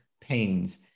pains